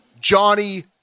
Johnny